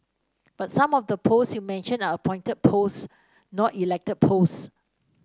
but some of the posts you mentioned are appointed posts not elected posts